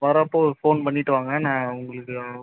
வர அப்போ ஒரு ஃபோன் பண்ணிட்டு வாங்க நான் உங்களுக்கு